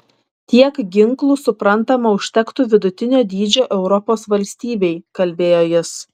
tiek ginklų suprantama užtektų vidutinio dydžio europos valstybei kalbėjo jis